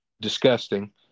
disgusting